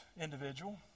individual